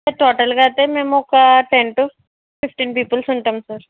sir టోటల్గా అయితే మేము ఒక టెన్ టు ఫిఫ్టీన్ పీపుల్స్ ఉంటాం సార్